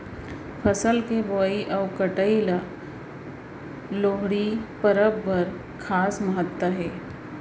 फसल के बोवई अउ कटई बर लोहड़ी परब ह खास महत्ता हे